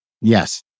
Yes